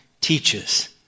teaches